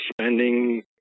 spending